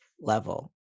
level